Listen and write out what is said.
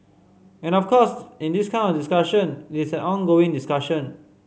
and of course in this kind of discussion it's an ongoing discussion